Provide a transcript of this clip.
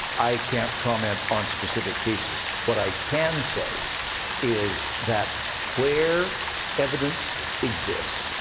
i can't comment on specific cases, what i can say is that where evidence exists,